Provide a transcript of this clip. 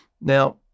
Now